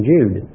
Jude